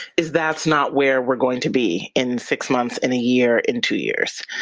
is that's not where we're going to be in six months, in a year, in two years.